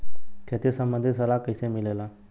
खेती संबंधित सलाह कैसे मिलेला?